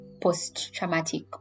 post-traumatic